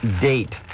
date